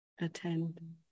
Attend